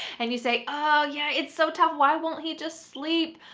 and you say, oh yeah, it's so tough. why won't he just sleep?